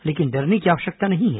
लेकिन डरने की आवश्यकता नहीं है